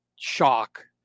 shock